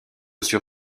sur